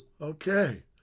Okay